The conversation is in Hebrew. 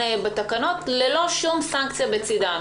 אתה יכול להיכנס גם עם תסמינים.